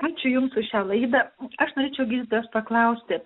ačiū jums už šią laidą aš norėčiau gydytojos paklausti